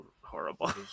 Horrible